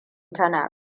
tana